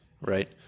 right